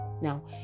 now